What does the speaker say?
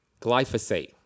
glyphosate